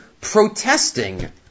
protesting